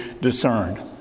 discerned